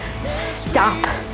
stop